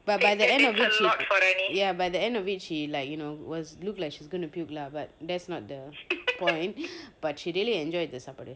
but by the end of it she ya by the end of it she like you know was look like she's gonna puke lah but that's not the point but she really enjoyed the saappadu